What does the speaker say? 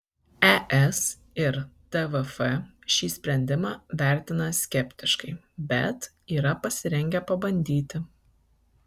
es ir tvf šį sprendimą vertina skeptiškai bet yra pasirengę pabandyti